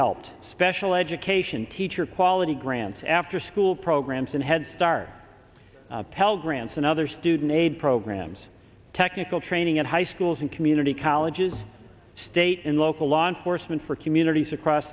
helped special education teacher quality grants afterschool programs and head start pell grants and other student aid programs technical training at high schools and community colleges state and local law enforcement for communities across